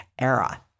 era